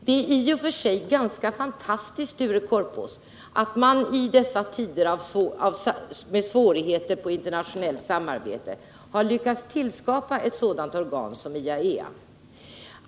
Det är i och för sig ganska fantastiskt, Sture Korpås, att man i dessa tider med svårigheter i vad gäller internationellt samarbete har lyckats tillskapa ett sådant organ som IAEA.